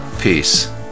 peace